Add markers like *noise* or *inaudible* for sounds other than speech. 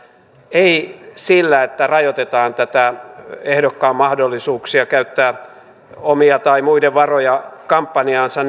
ei sillä että rajoitetaan näitä ehdokkaan mahdollisuuksia käyttää omia tai muiden varoja kampanjaansa *unintelligible*